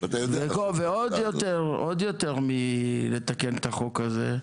ועוד יותר מלתקן את החוק הזה,